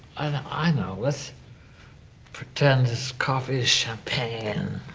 i know. let's pretend this coffee is champagne.